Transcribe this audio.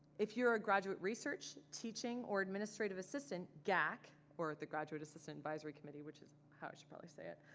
if you're a graduate research teaching or administrative assistant, gaac, or the graduate assistant advisory committee which is how i should probably say it,